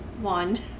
wand